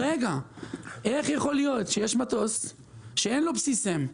איך יכול להיות שיש מטוס שאין לו בסיס אם?